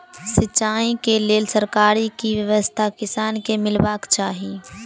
सिंचाई केँ लेल सरकारी की व्यवस्था किसान केँ मीलबाक चाहि?